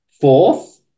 fourth